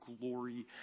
glory